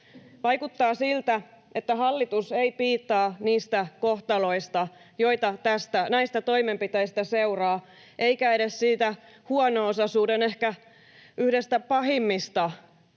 Vaikuttaa siltä, että hallitus ei piittaa niistä kohtaloista, joita näistä toimenpiteistä seuraa, eikä edes siitä huono-osaisuuden ehkä yhdestä pahimmista